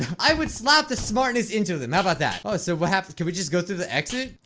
i would slap the smartness into them. how about that? oh, so what happens could we just go through the exit?